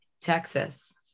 Texas